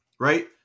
Right